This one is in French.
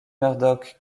murdoch